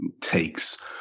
takes